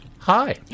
Hi